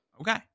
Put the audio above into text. Okay